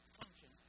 function